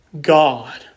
God